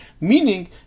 Meaning